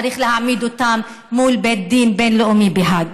צריך להעמיד אותם מול בית הדין הבין-לאומי בהאג.